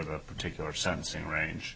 the particular sentencing range